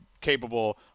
capable